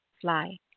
fly